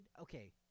okay